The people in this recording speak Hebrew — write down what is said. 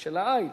של האיל,